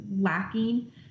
lacking